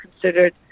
considered